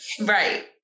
Right